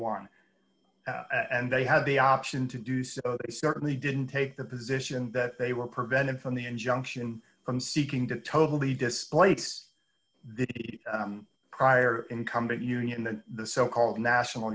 one and they have the option to do so certainly didn't take the position that they were prevented from the injunction from seeking to totally displace the prior incumbent union that the so called national